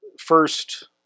first